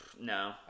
No